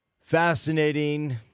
fascinating